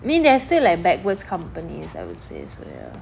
I mean there's still like backwards companies I would say so ya